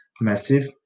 massive